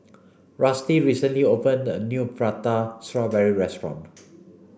rusty recently opened a new Prata Strawberry restaurant